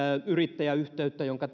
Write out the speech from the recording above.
yrittäjä jonka